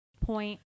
point